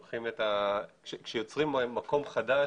כאשר יוצרים מקום חדש,